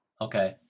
Okay